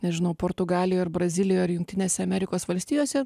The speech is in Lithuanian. nežinau portugalijoj ar brazilijoj ar jungtinėse amerikos valstijose